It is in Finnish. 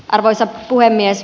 arvoisa puhemies